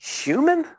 human